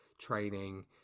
training